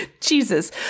Jesus